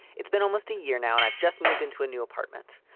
it's been almost a year now and i've just moved into a new apartment.